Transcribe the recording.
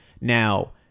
Now